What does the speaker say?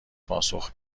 پاسخ